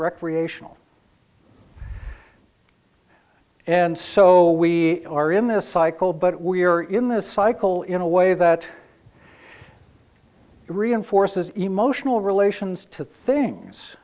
recreational and so we are in this cycle but we are in this cycle in a way that reinforces emotional relations to things